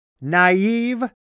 naive